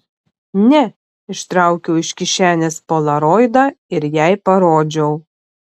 ne ištraukiau iš kišenės polaroidą ir jai parodžiau